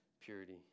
purity